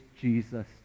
Jesus